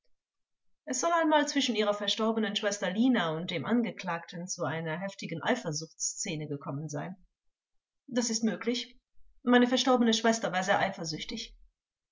es soll einmal zwischen ihrer verstorbenen schwester lina und dem angeklagten zu einer heftigen eifersuchtsszene gekommen sein zeugin das ist möglich meine verstorbene schwester war sehr eifersüchtig